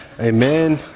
Amen